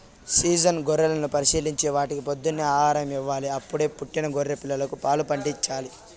season గొర్రెలను పరిశీలించి వాటికి పొద్దున్నే ఆహారం ఇవ్వాలి, అప్పుడే పుట్టిన గొర్రె పిల్లలకు పాలు పాట్టించాలి